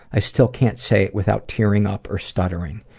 i still can't say it without tearing up or stuttering.